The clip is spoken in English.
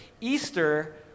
Easter